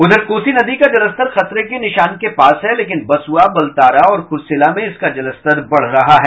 उधर कोसी नदी का जलस्तर खतरे के निशान के पास है लेकिन बसुआ बलतारा और कुरसेला में इसका जलस्तर बढ़ रहा है